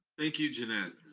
thank you jeannette.